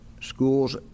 schools